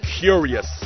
Curious